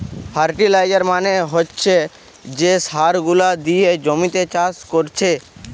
fertiliser মানে হচ্ছে যে সার গুলা দিয়ে জমিতে চাষ কোরছে